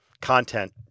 content